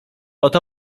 oto